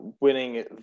winning